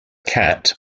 cat